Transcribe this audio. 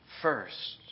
first